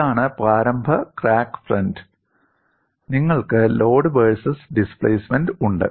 ഇതാണ് പ്രാരംഭ crack front നിങ്ങൾക്ക് ലോഡ് വേഴ്സസ് ഡിസ്പ്ലേസ്മെൻറ് ഉണ്ട്